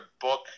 book